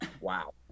Wow